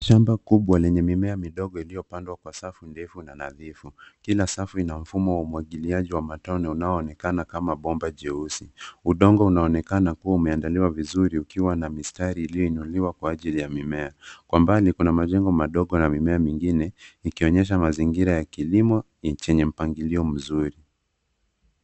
Shamba kubwa lenye mimea midogo iliyo pandwa kwa safu ndefu na nadhifu. Kila safu ina mfumo wa umwagiliaji wa matone unao onekana kama bomba jeusi. Udongo unaonekana kuwa umeandaliwa vizuri ukiwa na mistari iliyo inuliwa kwa ajili ya mimea. Kwa mbali kuna majengo madogo na mimea mingine ikionyesha mazingira yenye kilimo cha mpangilio mzuri.